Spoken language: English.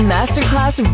Masterclass